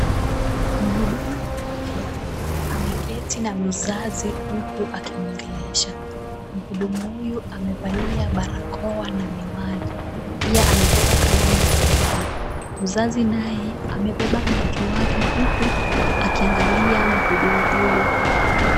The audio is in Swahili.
Mhudumu wa afya ameketi na mzazi huku akimwongelesha. Mhudumu huyu amevalia barakoa na miwani. Pia amebeba kalamu mkononi. Mzazi naye amebeba mtoto wake huku akiangalia mhudumu huyo.